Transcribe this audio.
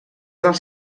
dels